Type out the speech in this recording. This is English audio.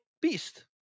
beast